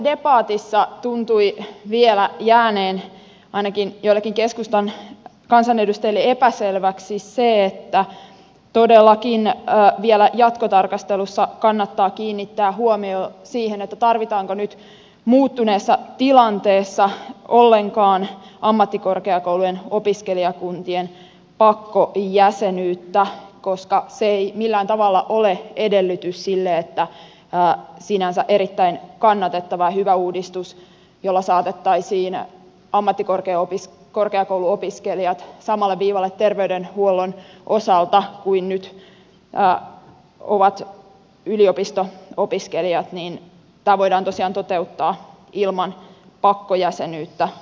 äskeisessä debatissa tuntui vielä jääneen ainakin joillekin keskustan kansanedustajille epäselväksi se että todellakin vielä jatkotarkastelussa kannattaa kiinnittää huomio siihen tarvitaanko nyt muuttuneessa tilanteessa ollenkaan ammattikorkeakoulujen opiskelijakuntien pakkojäsenyyttä koska se ei millään tavalla ole edellytys sille sinänsä erittäin kannatettavalle ja hyvälle uudistukselle jolla saatettaisiin ammattikorkeakouluopiskelijat samalle viivalle terveydenhuollon osalta kuin nyt ovat yliopisto opiskelijat vaan tämä voidaan tosiaan toteuttaa ilman pakkojäsenyyttä opiskelijakuntiin